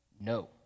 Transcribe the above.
no